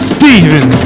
Steven